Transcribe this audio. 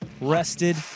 Rested